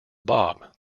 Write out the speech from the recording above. bob